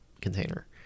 container